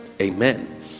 Amen